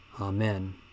Amen